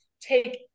Take